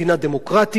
צדק חברתי